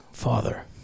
father